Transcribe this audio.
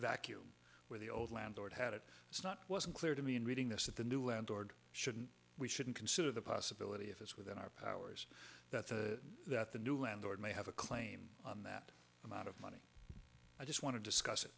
vacuum where the old landlord had it it's not wasn't clear to me in reading this that the new landlord shouldn't we shouldn't consider the possibility if it's within our powers that the new landlord may have a claim on that amount of money i just want to discuss it